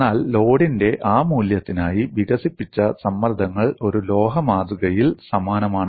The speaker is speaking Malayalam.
എന്നാൽ ലോഡിന്റെ ആ മൂല്യത്തിനായി വികസിപ്പിച്ച സമ്മർദ്ദങ്ങൾ ഒരു ലോഹ മാതൃകയിൽ സമാനമാണ്